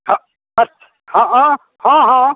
हँ हँ हँ